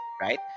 right